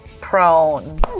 prone